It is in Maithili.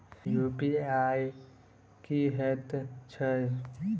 यु.पी.आई की हएत छई?